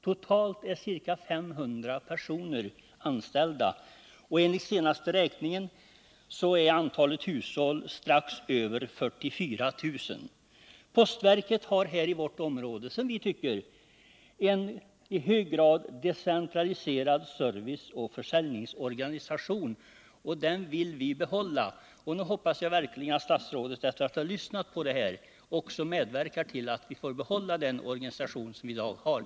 Totalt är ca 500 personer anställda. Enligt den senaste räkningen är antalet hushåll strax över 44 000. Vi anser att postverket i vårt område har en i hög grad decentraliserad serviceoch försäljningsorganisation, och den vill vi behålla. Nu hoppas jag verkligen att statsrådet efter att ha lyssnat till detta också medverkar till att vi får behålla den organisation vi i dag har.